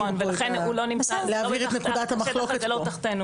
המחלוקת --- נכון ולכן השטח הזה לא תחתינו,